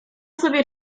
sobie